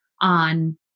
on